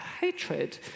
hatred